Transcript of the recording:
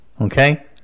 Okay